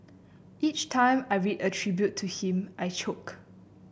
each time I read a tribute to him I choke